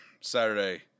Saturday